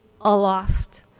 aloft